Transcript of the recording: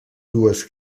dues